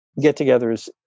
get-togethers